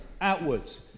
outwards